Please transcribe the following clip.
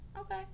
Okay